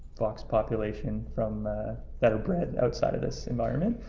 blocks population from that are bred outside of this environment,